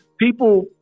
people